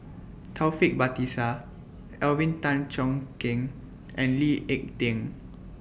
Taufik Batisah Alvin Tan Cheong Kheng and Lee Ek Tieng